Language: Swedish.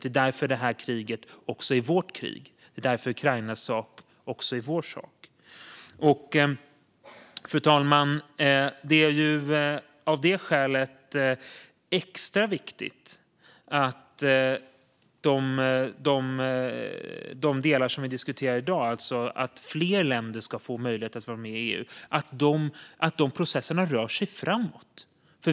Det är därför det här kriget också är vårt krig. Det är därför Ukrainas sak också är vår sak. Fru talman! Av detta skäl är det extra viktigt att det vi diskuterar i dag, alltså processerna för att fler länder ska få möjlighet att vara med i EU, rör sig framåt.